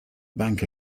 bank